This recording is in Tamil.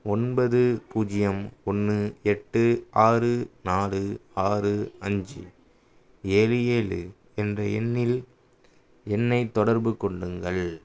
ஒன்பது பூஜ்ஜியம் ஒன்று எட்டு ஆறு நாலு ஆறு அஞ்சு ஏழு ஏழு என்ற எண்ணில் என்னைத் தொடர்புக் கொள்ளுங்கள்